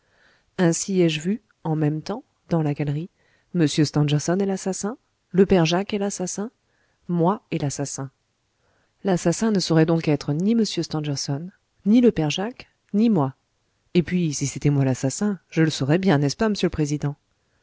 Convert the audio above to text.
ainsi ai-je vu en même temps dans la galerie m stangerson et l'assassin le père jacques et l'assassin moi et l'assassin l'assassin ne saurait donc être ni m stangerson ni le père jacques ni moi et puis si c'était moi l'assassin je le saurais bien n'est-ce pas m'sieur le président